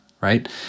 right